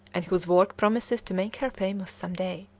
and whose work promises to make her famous some day,